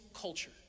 culture